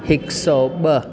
हिकु सौ ॿ